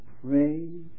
pray